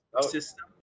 system